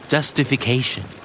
Justification